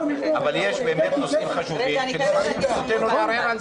אבל יש באמת נושאים חשובים --- לערער על זה.